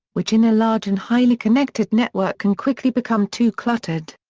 which in a large and highly connected network can quickly become too cluttered.